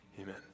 Amen